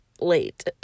late